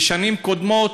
בשנים קודמות,